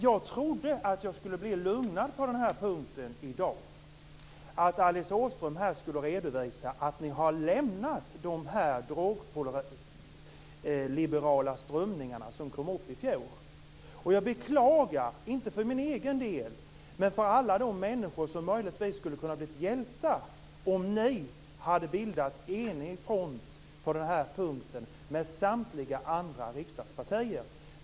Jag trodde att jag skulle bli lugnad på den här punkten i dag, att Alice Åström skulle redovisa att ni har lämnat de drogliberala strömningar som kom fram i fjol. Jag beklagar det, inte för min egen del, men för alla de människor som möjligtvis skulle ha kunnat bli hjälpta om ni på den här punkten hade bildat en enig front med samtliga andra riksdagspartier.